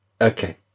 Okay